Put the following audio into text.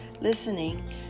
listening